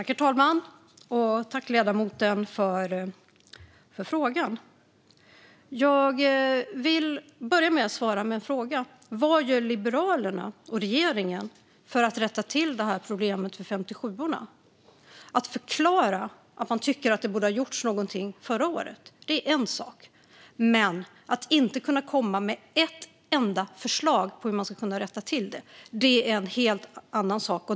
Herr talman! Tack, ledamoten, för frågan! Jag vill börja med att svara med en fråga. Vad gör Liberalerna och regeringen för att rätta till problemet för 57:orna? Att förklara att man tycker att det borde ha gjorts någonting förra året är en sak. Men att inte kunna komma med ett enda förslag på hur man ska kunna rätta till det är en helt annan sak.